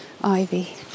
ivy